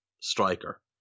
striker